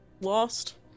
lost